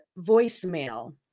voicemail